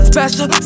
Special